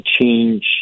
change